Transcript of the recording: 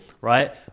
right